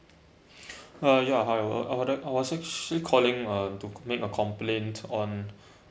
uh ya however I would like I was actually calling uh to make a complaint on